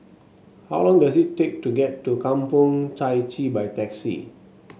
how long does it take to get to Kampong Chai Chee by taxi